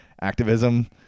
activism